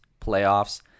playoffs